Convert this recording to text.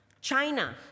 China